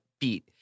beat